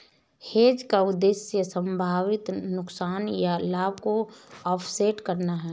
hedge का उद्देश्य संभावित नुकसान या लाभ को ऑफसेट करना है